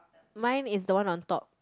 mine is the one on top